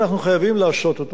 בגלל,